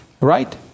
right